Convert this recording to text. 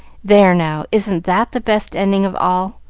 there, now! isn't that the best ending of all?